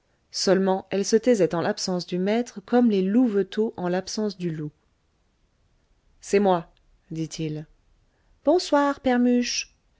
seulement elle se taisait en l'absence du maître comme les louveteaux en l'absence du loup c'est moi dit-il bonsoir